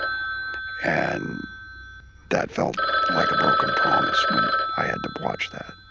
and that felt like a broken promise when i had to watch that.